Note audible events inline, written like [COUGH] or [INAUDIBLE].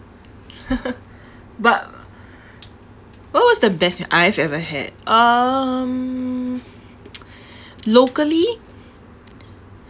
[LAUGHS] but what was the best meal I have ever had um [NOISE] locally